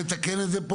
נתקן את זה פה?